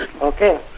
Okay